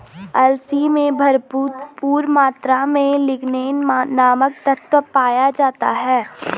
अलसी में भरपूर मात्रा में लिगनेन नामक तत्व पाया जाता है